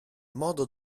modo